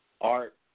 art